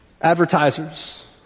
Advertisers